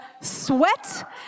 sweat